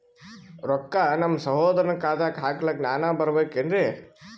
ರೊಕ್ಕ ನಮ್ಮಸಹೋದರನ ಖಾತಾಕ್ಕ ಹಾಕ್ಲಕ ನಾನಾ ಬರಬೇಕೆನ್ರೀ?